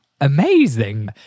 amazing